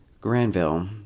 Granville